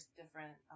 different